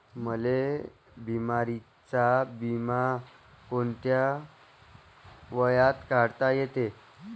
मले बिमारीचा बिमा कोंत्या वयात काढता येते?